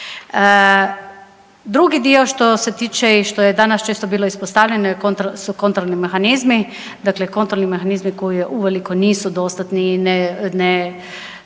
Drugi dio što se tiče i što je danas često bilo ispostavljeno su kontrolni mehanizmi, dakle kontrolni mehanizmi koji uveliko nisu dostatni, ne,